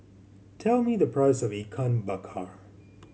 tell me the price of Ikan Bakar